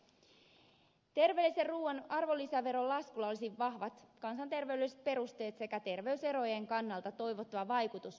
terveellisen ruuan arvonlisäveron laskulla olisi vahvat kansanterveydelliset perusteet sekä terveyserojen kannalta toivottava vaikutus parempaan suuntaan